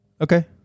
Okay